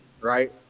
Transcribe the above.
right